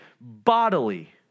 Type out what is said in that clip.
bodily